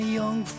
young